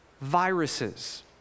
viruses